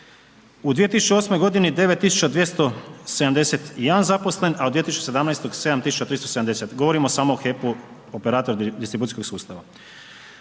U 2008. g. 9 tisuća 271 zaposlenih, a u 2017. 7 tisuća 370 govorimo samo o HEP-u operator distribucijskih sustava.